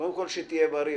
קודם כול, שתהיה בריא.